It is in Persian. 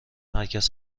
مرکز